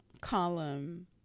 column